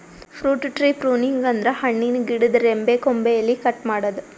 fruit tree pruning ಅಂದ್ರ ಹಣ್ಣಿನ್ ಗಿಡದ್ ರೆಂಬೆ ಕೊಂಬೆ ಎಲಿ ಕಟ್ ಮಾಡದ್ದ್